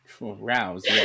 Rouse